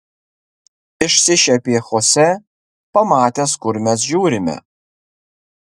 išsišiepė chose pamatęs kur mes žiūrime